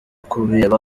kubireba